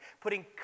putting